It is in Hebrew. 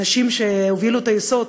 נשים שהובילו טייסות.